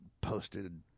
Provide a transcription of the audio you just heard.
posted